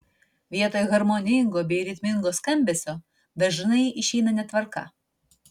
vietoj harmoningo bei ritmingo skambesio dažnai išeina netvarka